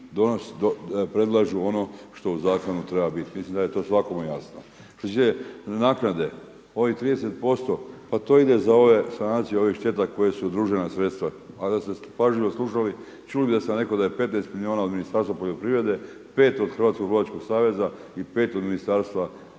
predlažu ono što u Zakonu treba biti. Mislim da je to svakome jasno. Što se tiče naknade ovih 30 % ide za sanaciju ovih šteta koja su udružena sredstva, a da ste pažljivo slušali čuli biste da sam rekao da sam rekao da je 15 mil. od Ministarstva poljoprivrede, 5 od Hrvatskog lovačkog saveza i 5 od Ministarstva